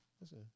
listen